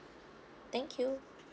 thank you